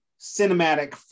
cinematic